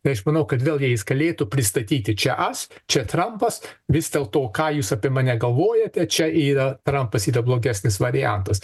tai aš manau kad vėlgi jis galėtų pristatyti čia as čia trampas vis dėlto ką jūs apie mane galvojate čia yra trampas yra blogesnis variantas